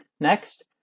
Next